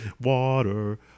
water